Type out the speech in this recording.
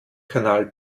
kanal